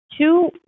Two